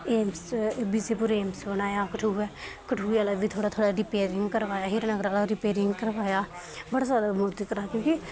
AIIMS Vijaypur AIIMS बनाया कठुए कठुए आह्ला बी थोह्ड़ा थोह्ड़ा रिपेरिंग कराया ई हीरानगर आह्ला रिपेरिंग कराया बड़ा जैदा मोदी करा दा क्योंकि